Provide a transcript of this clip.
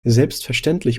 selbstverständlich